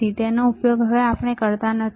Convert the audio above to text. અમે તેનો ઉપયોગ કરતા નથી